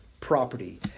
property